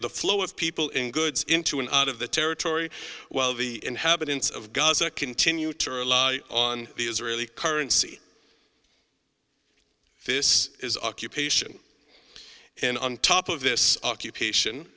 the flow of people in goods into and out of the territory while the inhabitants of gaza continue to rely on the israeli currency this occupation and on top of this occupation